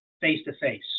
face-to-face